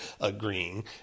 agreeing